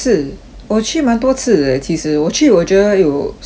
我去蛮多次的 leh 其实我去我觉得有十